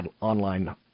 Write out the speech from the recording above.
online